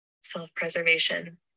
self-preservation